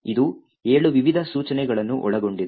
ಇದು 7 ವಿವಿಧ ಸೂಚನೆಗಳನ್ನು ಒಳಗೊಂಡಿದೆ